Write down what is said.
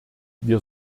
wir